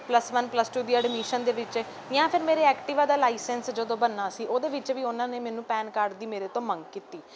plus one plus two ਦੀ admission ਦੇ ਵਿੱਚ ਜਾਂ ਫਿਰ ਮੇਰੇ ਐਕਟੀਵਾ ਦਾ ਲਾਈਸੈਂਸ ਜਦੋਂ ਬਣਨਾ ਸੀ ਉਹਦੇ ਵਿੱਚ ਵੀ ਉਹਨਾਂ ਨੇ ਮੈਨੂੰ ਪੈਨ ਕਾਰਡ ਦੀ ਮੇਰੇ ਤੋਂ ਮੰਗ ਕੀਤੀ